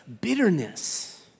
bitterness